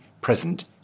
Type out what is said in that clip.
present